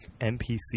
NPC